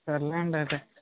సర్లేండి అయితే